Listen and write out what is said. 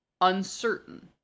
uncertain